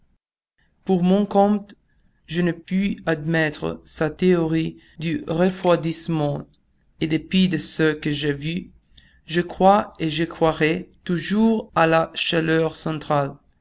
pour mon compte je ne puis admettre sa théorie du refroidissement en dépit de ce que j'ai vu je crois et je croirai toujours à la chaleur centrale